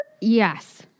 Yes